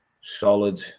solid